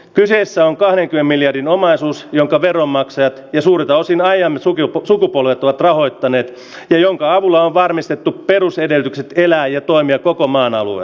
kyseessä on kahden miljardin omaisuus jonka veronmaksajat ja suurelta osin ajan sukupuolet ovat rahoittaneet ja jonka avulla on varmistettu perusedellytykset elää ja toimia koko maan alle